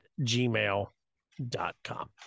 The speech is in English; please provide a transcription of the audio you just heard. gmail.com